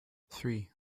three